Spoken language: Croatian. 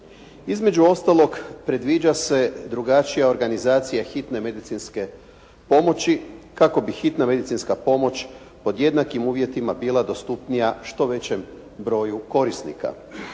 Između ostalog, predviđa se drugačija organizacija hitne medicinske pomoći kako bi hitna medicinska pomoć pod jednakim uvjetima bila dostupnija što većem broju korisnika